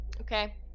Okay